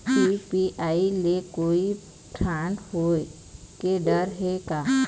UPI ले कोई fraud होए के डर हे का?